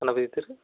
கணபதி தெரு